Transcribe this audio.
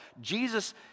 Jesus